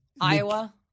Iowa